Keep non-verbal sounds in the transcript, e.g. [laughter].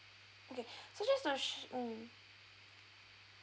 okay [breath] so just to s~ mm